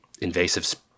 invasive